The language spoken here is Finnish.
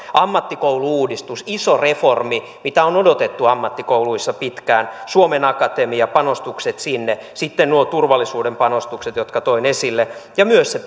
ammattikoulu uudistus iso reformi mitä on odotettu ammattikouluissa pitkään suomen akatemia panostukset sinne sitten nuo turvallisuuden panostukset jotka toin esille ja myös se